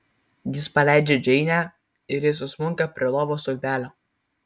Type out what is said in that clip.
jis paleidžia džeinę ir ji susmunka prie lovos stulpelio